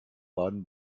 baden